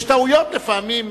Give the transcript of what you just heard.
יש טעויות לפעמים,